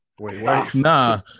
Nah